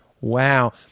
wow